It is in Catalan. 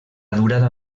durada